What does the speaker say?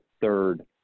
third